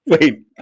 Wait